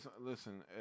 listen